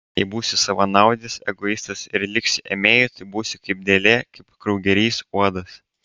jei būsiu savanaudis egoistas ir liksiu ėmėju tai būsiu kaip dėlė kaip kraugerys uodas